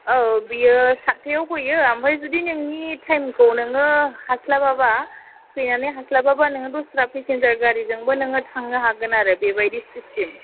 औ बियो सादथायाव फैयो ओमफ्राय जुदि नोंनि थाइमखौ नोङो हास्लाबाबा फैनानै हास्लाबाबा नोङो दस्रा पेसेन्जार गारिजोंबो नोङो थांनो हागोन आरो बेबायदि सिस्तिम